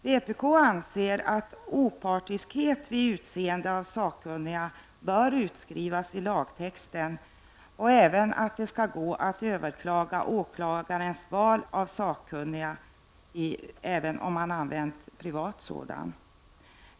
Vpk anser att opartiskhet vid utseende av sakkunniga bör inskrivas i lagen och att det skall gå att överklaga åklagarens val av sakkunniga, även om privata sakkunniga har använts.